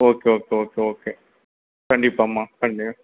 okay okay okay okay கண்டிப்பாம்மா